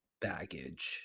baggage